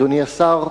אדוני השר,